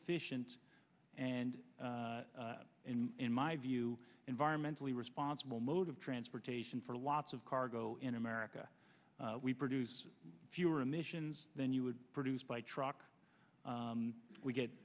efficient and in my view environmentally responsible mode of transportation for lots of cargo in america we produce fewer emissions than you would produce by truck we get